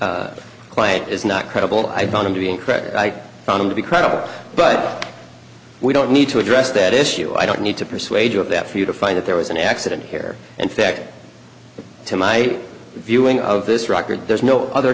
y client is not credible i found him to be incredible i found him to be credible but we don't need to address that issue i don't need to persuade you of that for you to find out there was an accident here in fact to my viewing of this record there's no other